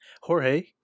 Jorge